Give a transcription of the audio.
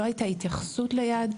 לא היתה התייחסות ליעד,